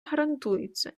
гарантуються